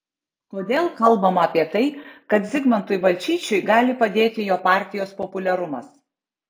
kodėl kalbama apie tai kad zigmantui balčyčiui gali padėti jo partijos populiarumas